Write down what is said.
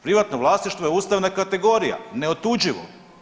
Privatno vlasništvo je ustavna kategorija, neotuđivo.